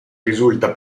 risulta